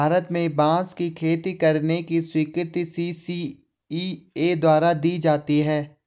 भारत में बांस की खेती करने की स्वीकृति सी.सी.इ.ए द्वारा दी जाती है